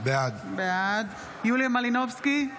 בעד יוליה מלינובסקי,